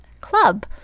club